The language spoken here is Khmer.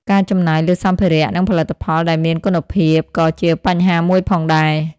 ការចំណាយលើសម្ភារៈ និងផលិតផលដែលមានគុណភាពក៏ជាបញ្ហាមួយផងដែរ។